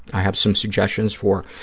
i have some suggestions for